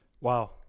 wow